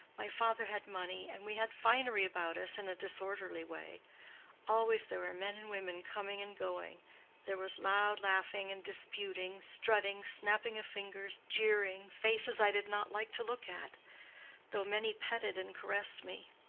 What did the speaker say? my father had money, and we had finery about us in a disorderly way always there were men and women coming and going there was loud laughing and disputing, strutting, snapping of fingers, jeering, faces i did not like to look at though many petted and caressed me.